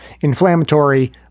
inflammatory